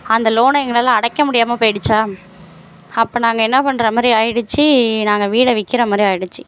அந்த லோனை எங்களால் அடைக்க முடியாமல் போய்டுச்சா அப்போ நாங்கள் என்ன பண்ணுற மாதிரி ஆகிடுச்சி நாங்கள் வீட்ட விற்கிற மாதிரி ஆகிடுச்சி